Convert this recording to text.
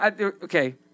okay